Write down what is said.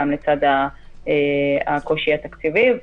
גם לצד הקושי התקציבי.